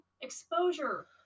exposure